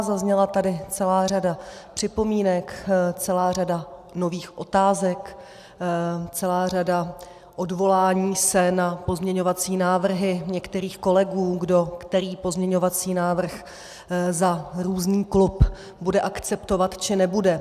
Zazněla tady celá řada připomínek, celá řada nových otázek, celá řada odvolání se na pozměňovací návrhy některých kolegů, kdo který pozměňovací návrh za různý klub bude akceptovat či nebude.